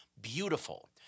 beautiful